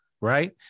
Right